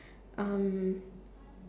um